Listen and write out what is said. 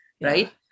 right